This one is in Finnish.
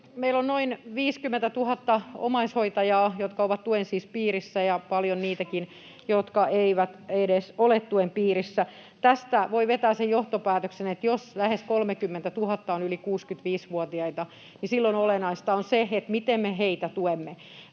Meillä on noin 50 000 omaishoitajaa, jotka siis ovat tuen piirissä, ja paljon niitäkin, jotka eivät edes ole tuen piirissä. Tästä voi vetää sen johtopäätöksen, että jos lähes 30 000 on yli 65-vuotiaita, niin silloin olennaista on se, miten me heitä tuemme.